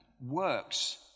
works